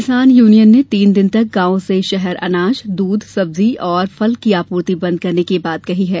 किसान यूनियन ने तीन दिन तक गांव से शहर अनाज दूध सब्जी और फल की आपूर्ति बंद करने की बात कही है